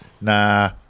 nah